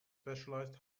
specialized